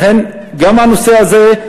לכן גם הנושא הזה,